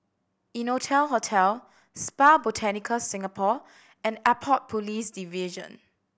Innotel Hotel Spa Botanica Singapore and Airport Police Division